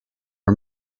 her